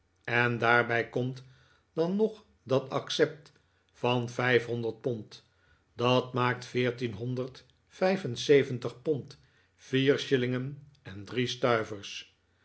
en daarbij komt dan nog dat accept van vijfhonderd pond dat maakt veertienhonderd vijf en zeventig pond vier shillingen en drie